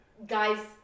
Guys